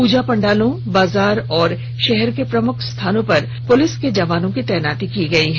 पूजा पंडालों बाजार और शहर के प्रमुख स्थानों पर पुलिस के जवानों की तैनाती की गई है